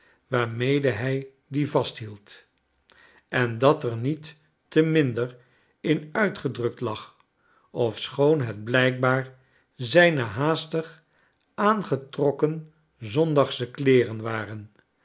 waarmede hij dien vasthield en dat er niet te minder in uitgedrukt lag ofschoon het blijkbaar zijne haastig aangetrokken zondagschekleeren waren